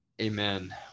Amen